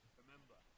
remember